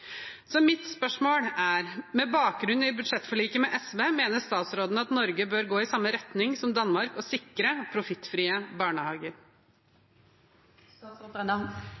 Mitt spørsmål er, med bakgrunn i budsjettforliket med SV: Mener statsråden at Norge bør gå i samme retning som Danmark og sikre profittfrie